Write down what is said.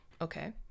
Okay